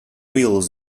wheels